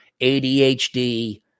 ADHD